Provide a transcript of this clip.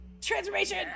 transformation